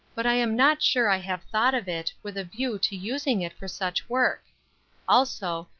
but i am not sure i have thought of it, with a view to using it for such work also,